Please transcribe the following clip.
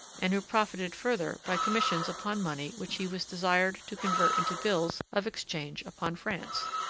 and who profited further by commissions upon money which he was desired to convert into bills of exchange upon france.